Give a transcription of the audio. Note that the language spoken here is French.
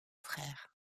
frère